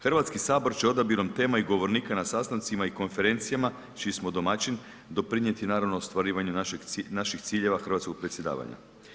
HS će odabirom tema i govornika na sastancima i konferencijama čiji smo domaćin doprinjeti naravno ostvarivanju naših ciljeva hrvatskog predsjedavanja.